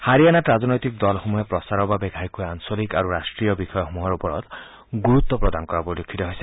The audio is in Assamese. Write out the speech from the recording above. হাৰিয়ানাত ৰাজনৈতিক দলসমূহে প্ৰচাৰৰ বাবে ঘাইকৈ আঞ্চলিক আৰু ৰাষ্ট্ৰীয় বিষয়সমূহৰ ওপৰত গুৰুত্ব প্ৰদান কৰা পৰিলক্ষিত হৈছে